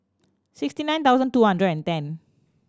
sixty nine thousand two hundred and ten